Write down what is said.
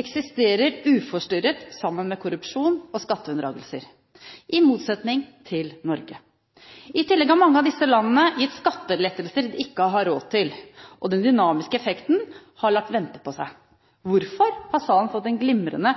eksisterer uforstyrret sammen med korrupsjon og skatteunndragelser – i motsetning til i Norge. I tillegg har mange av disse landene gitt skattelettelser de ikke har råd til, og den dynamiske effekten har latt vente på seg. Hvorfor har salen fått en glimrende